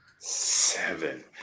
Seven